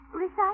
Recite